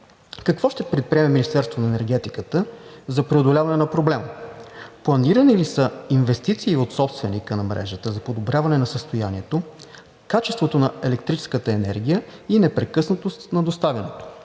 какво ще предприеме Министерството на енергетиката за преодоляване на проблема? Планирани ли са инвестиции от собственика на мрежата за подобряване на състоянието, качеството на електрическата енергия и непрекъснатост на доставянето.